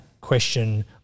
question